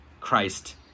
Christ